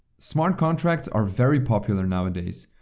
smart contracts are very popular nowadays.